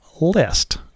list